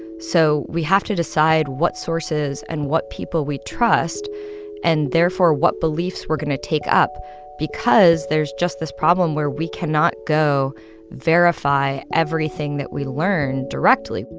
so we have to decide what sources and what people we trust and therefore what beliefs we're going to take up because there's just this problem where we cannot go verify everything that we learn directly